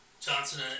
Johnson